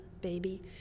baby